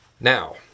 Now